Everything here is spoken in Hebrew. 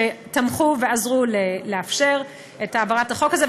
שתמכו ועזרו לאפשר את העברת החוק הזה,